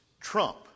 trump